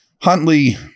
Huntley